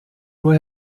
nur